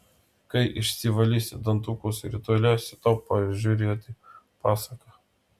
kai išsivalysi dantukus rytoj leisiu tau pažiūrėti pasaką